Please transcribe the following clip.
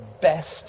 best